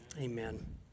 Amen